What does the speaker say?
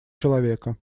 человека